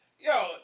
Yo